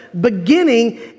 beginning